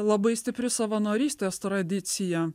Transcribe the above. labai stipri savanorystės tradicija